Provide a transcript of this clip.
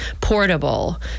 portable